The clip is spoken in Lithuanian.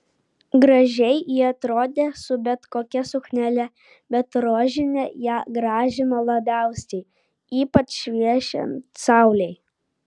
gražiai ji atrodė su bet kokia suknele bet rožinė ją gražino labiausiai ypač šviečiant saulei